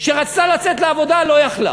שרצתה לצאת לעבודה, לא יכולה,